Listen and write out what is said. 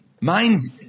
Mine's